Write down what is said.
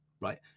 right